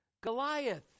Goliath